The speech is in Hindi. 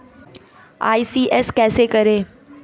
ई.सी.एस कैसे करें?